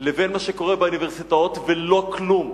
לבין מה שקורה באוניברסיטאות ולא כלום.